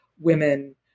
women